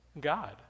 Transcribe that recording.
God